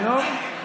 היום?